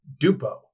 Dupo